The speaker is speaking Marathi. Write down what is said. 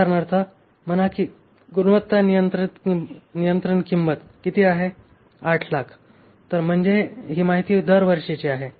उदाहरणार्थ म्हणा की गुणवत्ता नियंत्रण किंमत किती आहे 800000 तर म्हणजे ही माहिती दरवर्षीची आहे